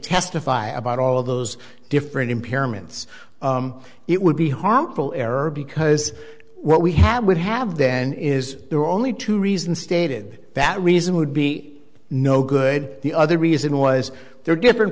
testify about all those different impairments it would be harmful error because what we have would have then is there are only two reasons stated that reason would be no good the other reason was there are different